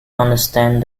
understand